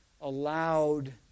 allowed